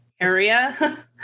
area